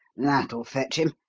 that'll fetch him!